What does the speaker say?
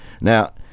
Now